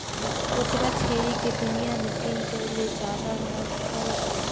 बोकरा छेरी के दुनियां में तीन सौ ले जादा नसल हे